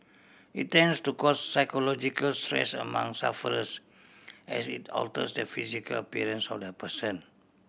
it tends to cause psychological stress among sufferers as it alters the physical appearance of the person